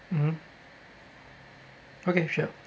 mmhmm okay sure